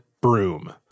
broom